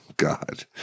god